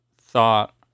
thought